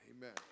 Amen